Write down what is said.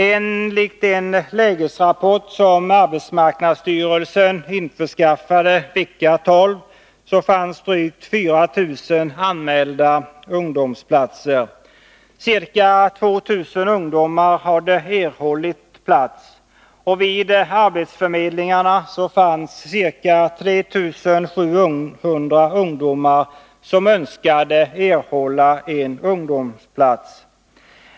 Enligt en lägesrapport som AMS införskaffade i vecka 12 fanns drygt 4 000 anmälda ungdomsplatser. Ca 2 000 ungdomar hade erhållit plats. Arbetsförmedlingarna hade ca 3700 ungdomar anmälda som önskade erhålla ungdomsplats.